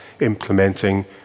implementing